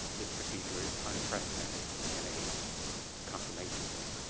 this procedure is unprecedented in a confirmation hearing.